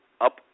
up